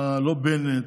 לא בנט,